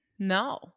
No